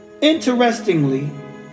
interestingly